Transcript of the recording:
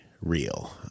real